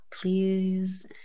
please